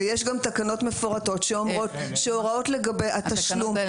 יש גם תקנות מפורטות שאומרות שהוראות לגבי התשלום